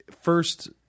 first